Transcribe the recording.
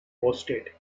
boasted